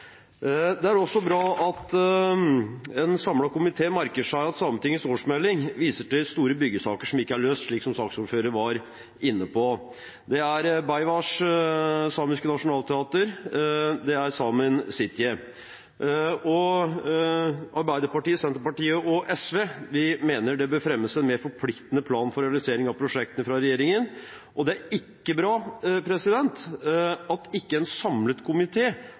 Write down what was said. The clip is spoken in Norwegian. Det er også bra at en samlet komité merker seg at Sametingets årsmelding viser til store byggesaker som ikke er løst, slik saksordføreren var inne på. Det er Beaivváš, samisk nasjonalteater, og Saemien Sijte. Arbeiderpartiet, Senterpartiet og SV mener det bør fremmes en mer forpliktende plan for realisering av prosjektene fra regjeringen, og det er ikke bra at ikke en samlet